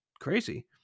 crazy